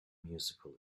musical